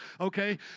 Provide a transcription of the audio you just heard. okay